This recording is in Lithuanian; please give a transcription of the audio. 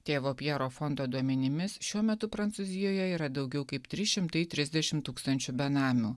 tėvo pjero fondo duomenimis šiuo metu prancūzijoje yra daugiau kaip trys šimtai trisdešim tūkstančių benamių